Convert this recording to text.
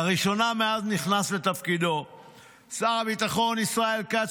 לראשונה מאז נכנס לתפקידו שר הביטחון ישראל כץ,